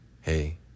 Hey